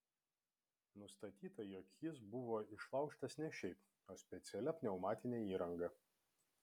nustatyta jog jis buvo išlaužtas ne šiaip o specialia pneumatine įranga